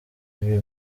ibi